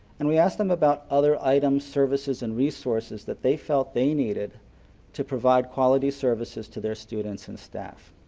and we asked them about other items, services and resources that they felt they needed to provide quality services to their students and staff.